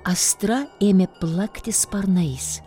astra ėmė plakti sparnais